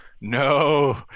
no